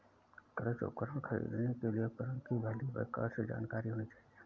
कृषि उपकरण खरीदने के लिए उपकरण की भली प्रकार से जानकारी होनी चाहिए